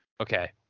Okay